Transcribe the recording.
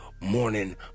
morning